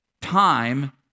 time